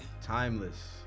Timeless